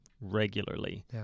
regularly